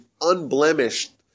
unblemished